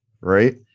right